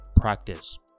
practice